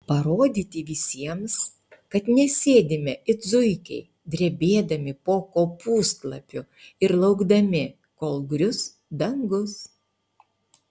parodyti visiems kad nesėdime it zuikiai drebėdami po kopūstlapiu ir laukdami kol grius dangus